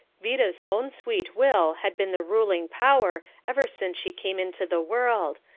vida's own sweet will had been the ruling power ever since she came into the world,